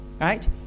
right